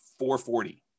440